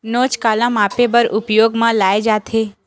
नोच काला मापे बर उपयोग म लाये जाथे?